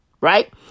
right